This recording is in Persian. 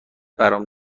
برام